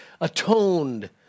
atoned